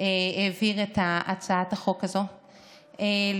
העביר את הצעת החוק הזאת,